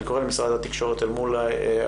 אני קורא למשרד התקשורת אל מול המועצות